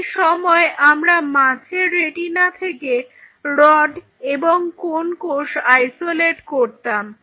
সেই সময় আমরা মাছের রেটিনা থেকে রড্ এবং কোন্ কোষ আইসোলেট করতাম